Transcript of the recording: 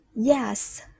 yes